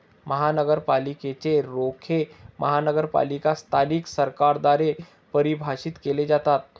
महानगरपालिकेच रोखे महानगरपालिका स्थानिक सरकारद्वारे परिभाषित केले जातात